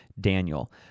Daniel